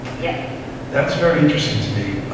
yeah that's very interesting to me.